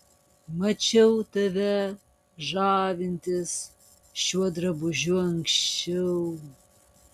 mačiau tave žavintis šiuo drabužiu anksčiau